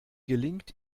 gelingt